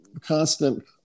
constant